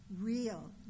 Real